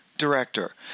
director